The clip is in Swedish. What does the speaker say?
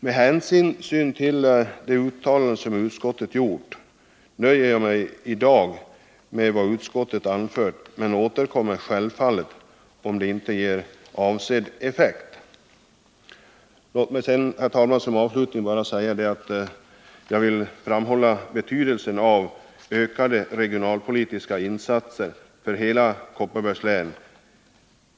Mot den bakgrunden nöjer jag mig i dag med vad utskottet anfört men återkommer självfallet, om detta inte ger avsedd effekt. Som avslutning vill jag framhålla betydelsen av ökade regionalpolitiska insatser för hela Kopparbergs län.